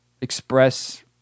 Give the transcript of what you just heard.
express